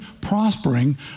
prospering